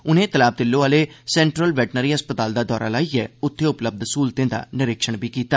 उनें तलाब तिल्लो आह्ले सेंट्रल वेटनरी अस्पताल दा दौरा लाइयै उत्थे उपलब्ध स्हूलतें दा निरीक्षण बी कीता